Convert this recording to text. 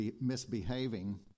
misbehaving